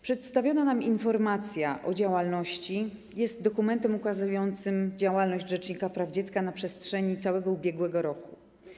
Przedstawiona nam informacja o działalności jest dokumentem ukazującym działalność rzecznika praw dziecka na przestrzeni całego ubiegłego roku.